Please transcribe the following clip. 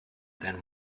than